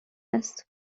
است